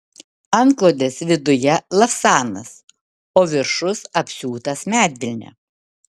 antklodės viduje lavsanas o viršus apsiūtas medvilne